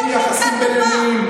אין יחסים בין-לאומיים,